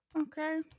Okay